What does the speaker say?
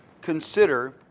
consider